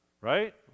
right